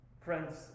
Friends